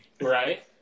Right